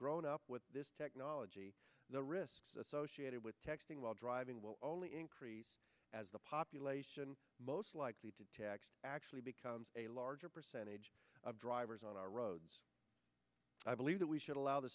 grown up with this technology the risks associated with texting while driving will only increase as the population most likely to tax actually becomes a larger percentage of drivers on our roads i believe that we should allow the